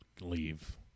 leave